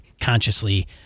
consciously